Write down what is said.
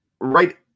right